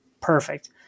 Perfect